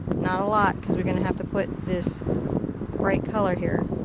not a lot because we're going to have to put this bright color here.